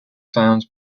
found